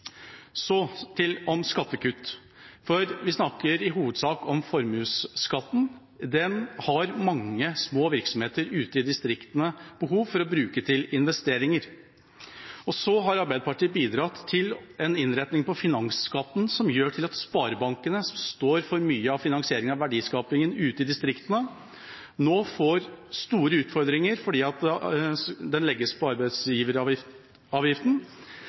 Så til skattekutt: Vi snakker i hovedsak om formuesskatten. Den har mange små virksomheter ute i distriktene behov for å bruke til investeringer. Arbeiderpartiet har bidratt til en innretning på finansskatten som gjør at sparebankene, som står for mye av finansieringen av verdiskapingen ute i distriktene, nå får store utfordringer fordi den legges på